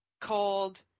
cold